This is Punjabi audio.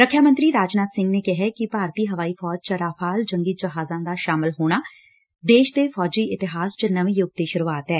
ਰੱਖਿਆ ਮੰਤਰੀ ਰਾਜਨਾਥ ਸਿੰਘ ਨੇ ਕਿਹੈ ਕਿ ਭਾਰਤੀ ਹਵਾਈ ਫੌਜ ਚ ਰਾਫਾਲ ਜੰਗੀ ਜਹਾਜ਼ਾਂ ਦਾ ਸ਼ਾਮਲ ਹੋਣਾ ਦੇਸ਼ ਦੇ ਫੌਜੀ ਇਤਿਹਾਸ ਚ ਨਵੇ ਯੁੱਗ ਦੀ ਸ਼ੁਰੂਆਤ ਐ